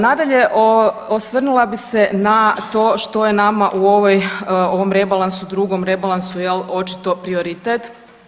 Nadalje, osvrnula bi se na to što je nama u ovom rebalansu, drugom rebalansu jel, očito prioritet.